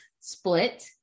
split